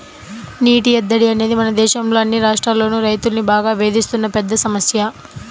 నీటి ఎద్దడి అనేది మన దేశంలో అన్ని రాష్ట్రాల్లోనూ రైతుల్ని బాగా వేధిస్తున్న పెద్ద సమస్య